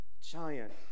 giant